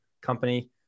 company